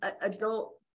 adult